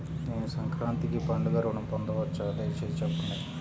నేను సంక్రాంతికి పండుగ ఋణం పొందవచ్చా? దయచేసి చెప్పండి?